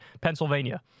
pennsylvania